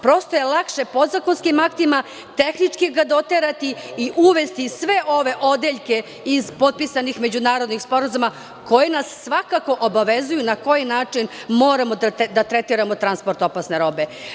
Prosto je lakše podzakonskim aktima tehnički ga doterati i uvesti sve ove odeljke iz potpisanih međunarodnih sporazuma koji nas svakako obavezuju na koji način moramo da tretiramo transport opasne robe.